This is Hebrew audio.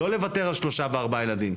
לא לוותר על שלושה וארבעה ילדים.